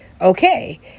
okay